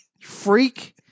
Freak